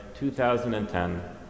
2010